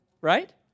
right